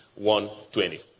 1:20